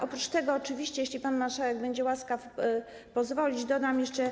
Oprócz tego, oczywiście jeśli pan marszałek będzie łaskaw pozwolić, dodam jeszcze.